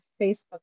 facebook